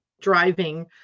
driving